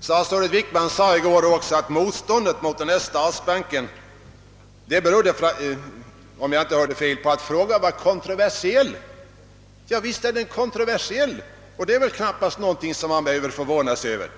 Statsrådet Wickman sade också i går att motståndet mot denna bank berodde på att frågan var kontroversiell. Ja, visst är den kontroversiell, och det är väl knappast något som man behöver förvåna sig över.